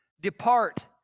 Depart